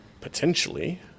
potentially